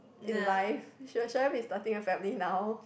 in life should I should I be starting a family now